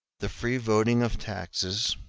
the free voting of taxes,